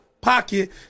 pocket